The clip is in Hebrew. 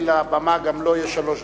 גם לו יש שלוש דקות,